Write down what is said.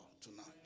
tonight